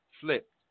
flipped